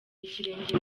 ikirenge